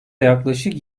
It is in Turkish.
yaklaşık